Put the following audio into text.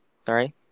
Sorry